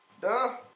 Duh